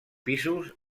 pisos